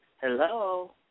Hello